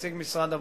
נציג משרד הבריאות,